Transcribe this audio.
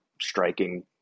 striking